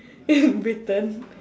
in Britain